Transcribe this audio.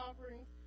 offerings